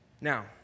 Now